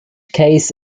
case